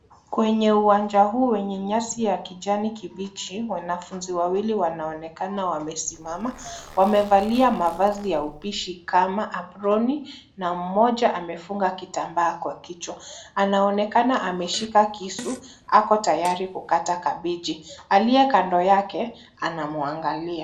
Kwenye uwanja huu wenye nyasi ya kijani kibichi wanafunzi wawili wanaonekana wamesimama wamevalia mavazi ya upishi kama aproni na mmoja amefunga kitambaa kwa kichwa anaonekana ameshika kisu ako tayari kukata kabeji aliyekando yake ana mwangalia.